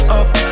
up